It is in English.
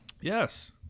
Yes